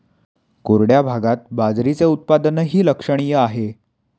कोरड्या भागात बाजरीचे उत्पादनही लक्षणीय आहे